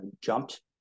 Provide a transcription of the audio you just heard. jumped